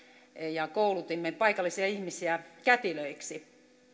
ja koulutimme paikallisia ihmisiä kätilöiksi